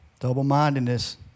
Double-mindedness